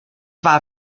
war